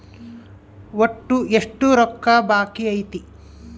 ಒಟ್ಟು ಎಷ್ಟು ರೊಕ್ಕ ಬಾಕಿ ಐತಿ?